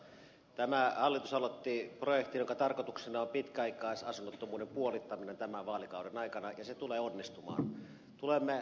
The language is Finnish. tämä hallitus aloitti projektin jonka tarkoituksena on pitkäaikaisasunnottomuuden puolittaminen tämän vaalikauden aikana ja se tulee onnistumaan